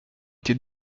été